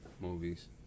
movies